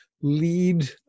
lead